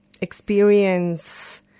experience